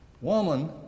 Woman